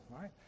right